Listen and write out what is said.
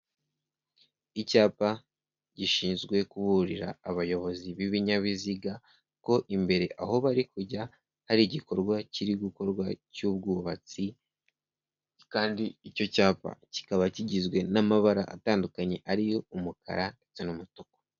Icyapa gishinzwe kuburira abayobozi b'ibinyabiziga, ko imbere aho bari kujya hari igikorwa kiri gukorwa cy'ubwubatsi, kandi icyo cyapa kikaba kigizwe n'amabara atandukanye ariyo umukara ndetse n'umutuku.